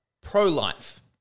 pro-life